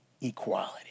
equality